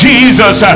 Jesus